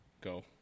go